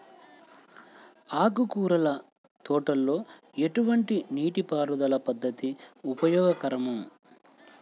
ఆకుకూరల తోటలలో ఎటువంటి నీటిపారుదల పద్దతి ఉపయోగకరం?